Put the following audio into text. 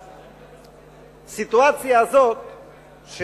ובסיטואציה הזאת של,